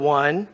one